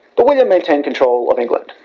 but william maintained control of england.